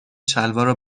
شلوارو